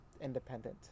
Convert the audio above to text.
independent